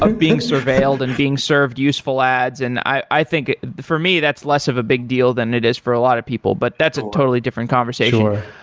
being surveilled and being served useful ads, and i think for me that's less of a big deal than it is for a lot of people. but that's a totally different conversation. sure.